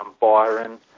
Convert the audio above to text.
Byron